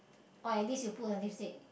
oh at least you put the lipstick